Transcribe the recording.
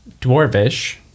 dwarvish